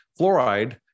fluoride